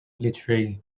literary